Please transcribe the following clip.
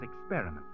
experiment